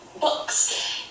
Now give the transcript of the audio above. books